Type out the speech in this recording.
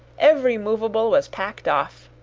every movable was packed off,